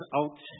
out